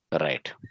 Right